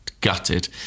gutted